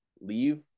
leave